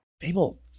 Fable